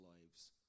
lives